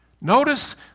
Notice